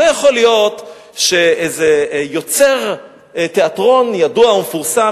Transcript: לא יכול להיות שאיזה יוצר תיאטרון ידוע ומפורסם